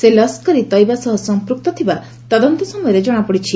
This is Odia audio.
ସେ ଲସ୍କର ଇ ତଇବା ସହ ସମ୍ପୁକ୍ତ ଥିବା ତଦନ୍ତ ସମୟରେ ଜଣାପଡ଼ିଛି